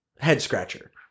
Head-scratcher